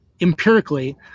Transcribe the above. empirically